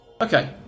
Okay